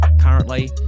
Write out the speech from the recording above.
currently